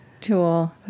tool